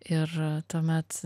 ir tuomet